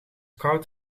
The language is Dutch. koud